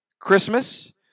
Christmas